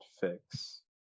fix